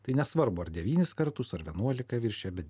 tai nesvarbu ar devynis kartus ar vienuolika viršija bet